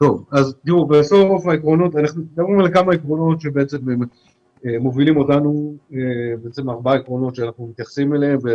על ארבעה עקרונות שמובילים אותנו ואנחנו מתייחסים אליהם.